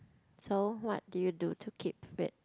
so what did you do to keep fit